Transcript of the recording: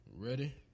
Ready